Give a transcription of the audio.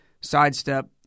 sidestep